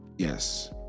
Yes